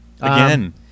again